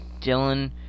dylan